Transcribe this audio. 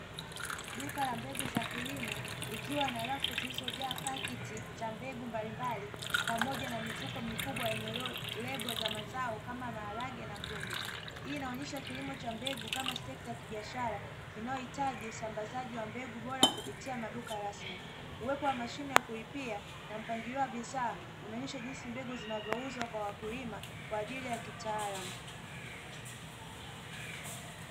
Duka la mbegu za kilimo likiwa na rafu zilizojaa paketi za mbegu mbalimbali pamoja na mifuko mikubwa yenye lebo za mazao kama maharage na kunde. Hii inaonesha kilimo cha mbegu kama sekta ya kibiashara inayohitaji usambazaji wa mbegu bora kupitia kuptia maduka rasmi. Uwepo wa mashine ya kulipia na mpangilio wa bidhaa unaonesha jinsi mbegu zinavyouzwa kwa wakulima kwa ajili ya kitaalamu.